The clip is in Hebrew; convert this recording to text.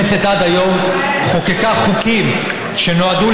עד היום חוקקה הכנסת חוקים שנועדו